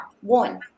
one